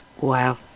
Wow